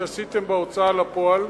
שעשיתם בהוצאה לפועל,